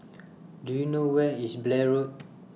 Do YOU know Where IS Blair Road